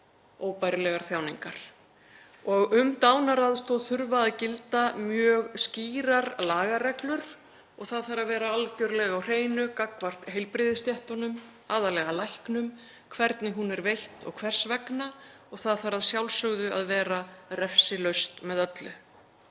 óbærilegar þjáningar. Um dánaraðstoð þurfa að gilda mjög skýrar lagareglur og það þarf að vera algjörlega á hreinu gagnvart heilbrigðisstéttunum, aðallega læknum, hvernig hún er veitt og hvers vegna og það þarf að sjálfsögðu að vera refsilaust með öllu.